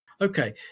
Okay